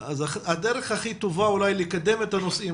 הדרך הכי טובה אולי לקדם את הנושאים